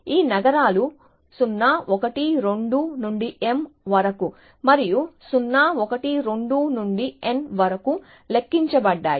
ఈ నగరాలు 0 1 2 నుండి m వరకు మరియు 0 1 2 నుండి n వరకు లెక్కించబడ్డాయి